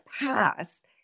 past